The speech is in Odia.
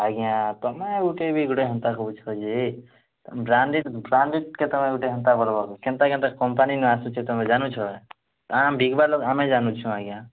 ଆଜ୍ଞା ତୁମେ ଗୁଟେ ବି ଗୋଟେ ହେନ୍ତା କହୁଛ ଯେ ବ୍ରାଣ୍ଡେଡ଼୍ ବ୍ରାଣ୍ଡେଡ଼୍ କେ ତୁମେ ଗୋଟେ ହେନ୍ତା କର୍ବୋ କି କେନ୍ତା କେନ୍ତା କମ୍ପାନୀମାନ୍ ଆସୁଚେ ତମେ ଜାଣୁଛ ହାଁ ଆମେ ବିକିବା ଲୋକ୍ ଆମେ ଜାଣୁଛୁ ଆଜ୍ଞା